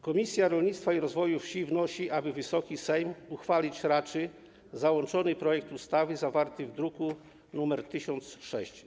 Komisja Rolnictwa i Rozwoju Wsi wnosi, aby Wysoki Sejm uchwalić raczył załączony projekt ustawy zawarty w druku nr 1006.